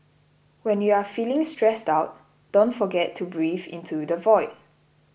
when you are feeling stressed out don't forget to breathe into the void